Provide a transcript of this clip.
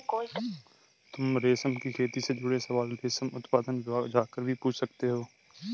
तुम रेशम की खेती से जुड़े सवाल रेशम उत्पादन विभाग जाकर भी पूछ सकते हो